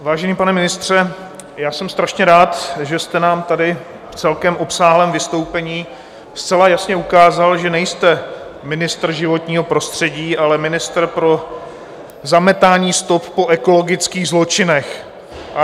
Vážený pane ministře, jsem strašně rád, že jste nám tady v celkem obsáhlém vystoupení zcela jasně ukázal, že nejste ministrem životního prostředí, ale ministrem pro zametání stop po ekologických zločinech.